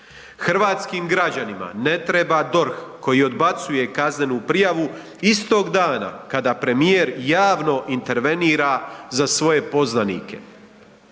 Hrvatskim građanima na treba DORH koji odbacuje kaznenu prijavu istog dana kada premijer javno intervenira za svoje poznanike.